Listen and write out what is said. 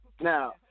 Now